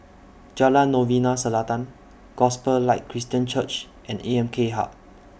Jalan Novena Selatan Gospel Light Christian Church and A M K Hub